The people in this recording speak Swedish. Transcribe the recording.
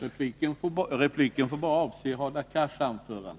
Ja, men repliken får endast avse Olle Grahns anförande.